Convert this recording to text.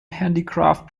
handicraft